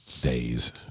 days